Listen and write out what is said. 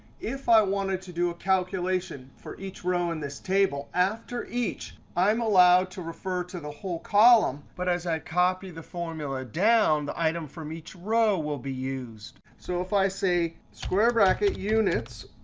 if i wanted to do a calculation for each row in this table, after each, i'm allowed to refer to the whole column. but as i copy the formula down, the item from each row will be used. so if i say square bracket units,